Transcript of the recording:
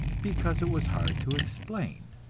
because it was hard to explain.